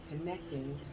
connecting